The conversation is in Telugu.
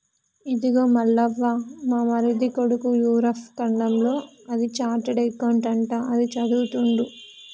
ఇదిగో మల్లవ్వ మా మరిది కొడుకు యూరప్ ఖండంలో అది చార్టెడ్ అకౌంట్ అంట అది చదువుతుండు